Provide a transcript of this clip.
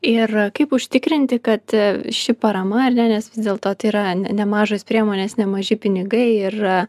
ir kaip užtikrinti kad ši parama ar ne nes vis dėlto tai yra ne nemažos priemonės nemaži pinigai ir